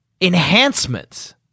enhancements